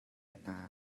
hna